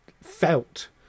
felt